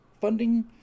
funding